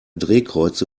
drehkreuze